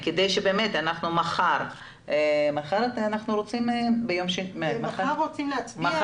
מחר רוצים להצביע במליאה.